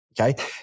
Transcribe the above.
okay